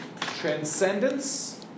Transcendence